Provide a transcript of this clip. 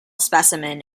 specimen